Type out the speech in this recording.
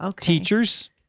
Teachers